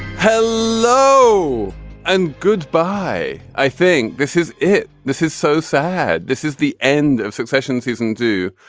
hello and goodbye i think this is it. this is so sad. this is the end of succession season two.